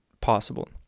possible